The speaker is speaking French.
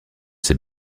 ces